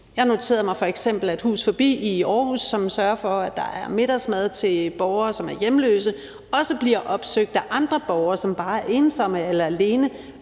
noteret mig, at Hus Forbi i Aarhus, som sørger for, at der er middagsmad til borgere, som er hjemløse, også bliver opsøgt af andre borgere, som bare er ensomme eller alene,